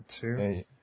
two